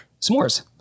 S'mores